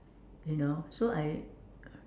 you know so I